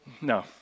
no